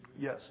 Yes